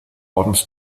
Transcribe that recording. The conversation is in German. ordens